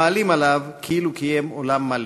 מעלים עליו כאילו קיים עולם מלא.